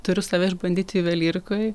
turiu save išbandyti juvelyrikoj